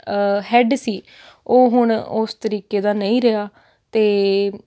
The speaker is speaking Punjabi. ਹੈਡ ਸੀ ਉਹ ਹੁਣ ਉਸ ਤਰੀਕੇ ਦਾ ਨਹੀਂ ਰਿਹਾ ਅਤੇ